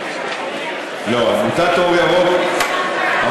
עמותת "אור ירוק" לא,